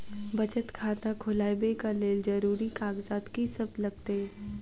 बचत खाता खोलाबै कऽ लेल जरूरी कागजात की सब लगतइ?